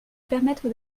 permettre